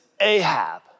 Ahab